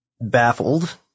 baffled